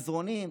מזרנים,